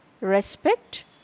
respect